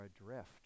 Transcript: adrift